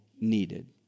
needed